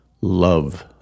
love